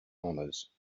honors